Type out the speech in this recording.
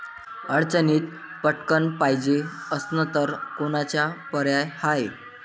अडचणीत पटकण पायजे असन तर कोनचा पर्याय हाय?